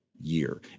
year